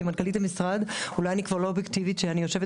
כמנכ"לית המשרד אולי אני כבר לא אובייקטיבית כשאני יושבת